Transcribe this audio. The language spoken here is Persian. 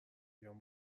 بیام